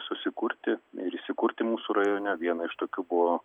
susikurti ir įsikurti mūsų rajone viena iš tokių buvo